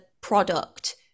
product